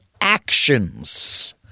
actions